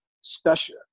special